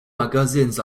magasins